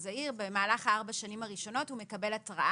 זעיר במהל 4 השנים הראשונות הוא מקבל התראה